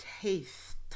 taste